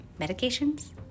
medications